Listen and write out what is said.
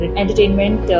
entertainment